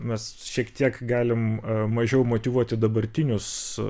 mes šiek tiek galim mažiau motyvuoti dabartinius